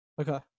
Okay